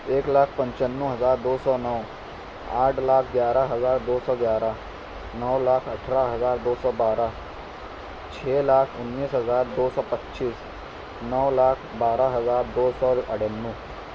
ایک لاکھ پنچانوے ہزار دو سو نو آٹھ لاکھ گیارہ ہزار دو سو گیارہ نو لاکھ اٹھارہ ہزار دو سو بارہ چھ لاکھ انیس ہزار دو سو پچیس نو لاکھ بارہ ہزار دو سو اٹھانوے